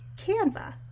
Canva